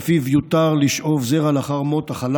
שלפיו יותר לשאוב זרע לאחר מות החלל